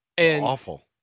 awful